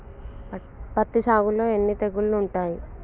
పత్తి సాగులో ఎన్ని తెగుళ్లు ఉంటాయి?